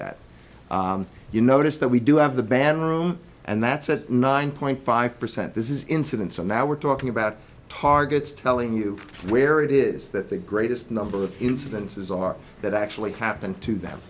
that you notice that we do have the bad room and that's at nine point five percent this is incidents and now we're talking about targets telling you where it is that the greatest number of incidences are that actually happen to them